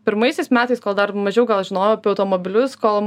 pirmaisiais metais kol dar mažiau gal žinojau apie automobilius kol